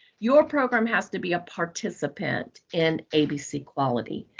your program has to be a participant in abc quality.